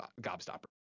gobstopper